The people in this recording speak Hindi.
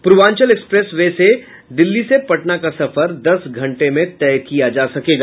पूर्वांचल एक्सप्रेस वे से दिल्ली से पटना का सफर दस घंटे में तय किया जा सकेगा